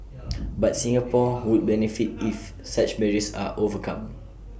but Singapore would benefit if such barriers are overcome